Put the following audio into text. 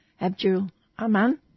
Abdul-Aman